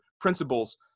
principles